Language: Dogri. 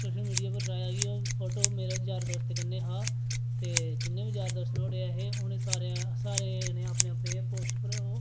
सोशल मिडिया उप्पर शाएदा ऐ कि ओह् फोटू मेरा मेरे यारें दोस्तें कन्नै हा ते जिन्ने बी यार दोस्त मेरे ऐहे उ'नें सारें ज'नें अपने अपने पोस्ट उप्पर